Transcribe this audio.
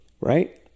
right